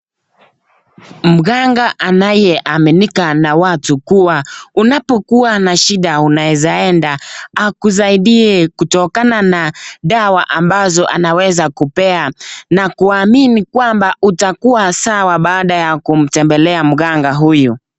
Mganga anayeaminika na watu kuwa unapokuwa na shida unaweza enda akusaidie kutokana na dawa ambazo anaweza kupea na kuamini kwamba utakuwa sawa, baada ya kumtembelea mganga huyu.